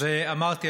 אז אמרתי,